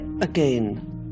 again